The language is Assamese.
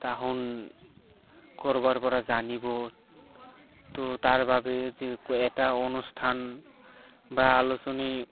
তাহোন ক'ৰবাৰ পৰা জানিব ত' তাৰবাবে যি এটা অনুষ্ঠান বা আলোচনী